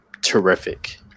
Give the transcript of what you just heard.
terrific